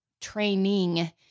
training